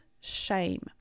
shame